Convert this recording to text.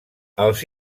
els